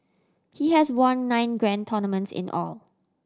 he has won nine grand tournaments in all